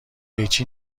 قیچی